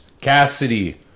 Cassidy